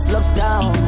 Lockdown